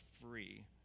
free